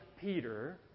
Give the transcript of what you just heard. Peter